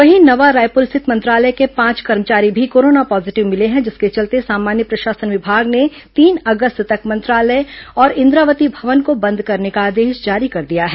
वहीं नवा रायपुर स्थित मंत्रालय के पांच कर्मचारी भी कोरोना पॉजीटिव मिले हैं जिसके चलते सामान्य प्रशासन विभाग ने तीन अगस्त तक मंत्रालय और इंद्रावती भवन को बंद करने का आदेश जारी कर दिया है